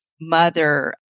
mother